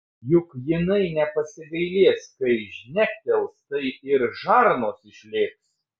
juk jinai nepasigailės kai žnektels tai ir žarnos išlėks